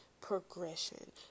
progression